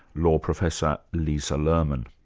law professor, lisa lerman.